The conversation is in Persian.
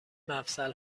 مفصل